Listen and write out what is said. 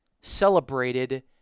celebrated